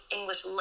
English